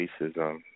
racism